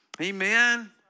Amen